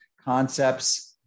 concepts